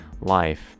life